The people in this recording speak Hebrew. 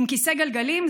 עם כיסא גלגלים,